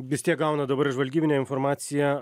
vis tiek gaunat dabar ir žvalgybinę informaciją